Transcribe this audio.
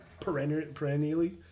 perennially